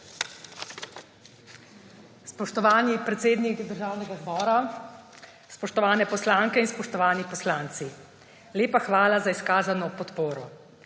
Spoštovani predsednik Državnega zbora, spoštovane poslanke in spoštovani poslanci! Lepa hvala za izkazano podporo.